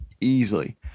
Easily